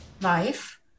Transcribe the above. life